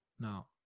No